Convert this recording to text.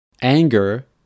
Anger